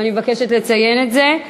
ואני מבקשת לציין את זה.